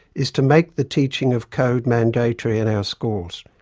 is to make the teaching of code mandatory in our schools.